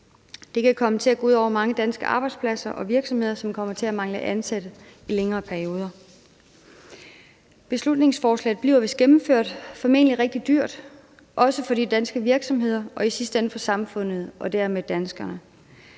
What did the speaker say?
Det kan komme til at gå ud over mange danske arbejdspladser og virksomheder, som kommer til at mangle ansatte i længere perioder. Beslutningsforslaget bliver, hvis gennemført, formentlig rigtig dyrt, også for de danske virksomheder og i sidste ende for samfundet og dermed danskerne.